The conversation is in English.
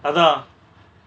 அதா:atha